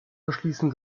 verschließen